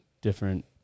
different